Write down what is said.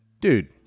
Dude